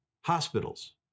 hospitals